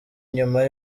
nyuma